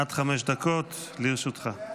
עד חמש דקות לרשותך.